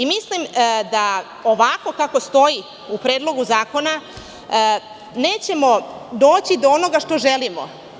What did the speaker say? Mislim da ovako kako stoji u Predlogu zakona, nećemo doći do onoga što želimo.